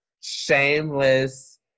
shameless